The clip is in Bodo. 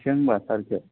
थांसै होनबा सारिथायाव